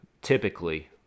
typically